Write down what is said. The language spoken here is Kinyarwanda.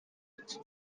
ute